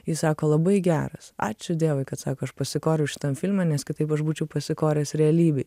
jis sako labai geras ačiū dievui kad sako aš pasikoriau šitam filme nes kitaip aš būčiau pasikoręs realybėj